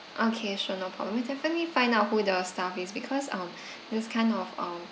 okay sure no problem we definitely find out who the staff is because um this kind of um